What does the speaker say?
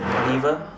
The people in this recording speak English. cleaver